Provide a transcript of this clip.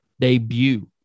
Debut